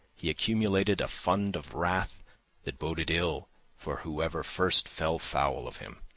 he accumulated a fund of wrath that boded ill for whoever first fell foul of him.